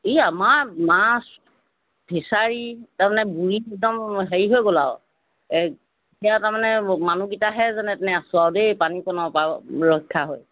ই আমাৰ মাছ ফিচাৰী তাৰমানে বুৰি একদম হেৰি হৈ গ'ল আৰু এতিয়া তাৰমানে মানুহকেইটাহে যেনেতেনে আছোঁ আৰু দেই পানীকণৰপৰা ৰক্ষা হৈ